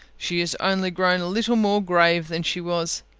she is only grown a little more grave than she was.